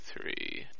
three